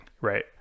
Right